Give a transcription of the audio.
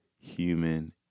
human